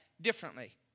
differently